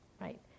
right